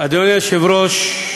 אדוני היושב-ראש,